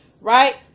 right